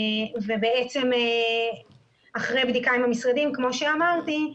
ובעצם אחרי בדיקה עם המשרדים כמו שאמרתי,